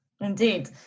Indeed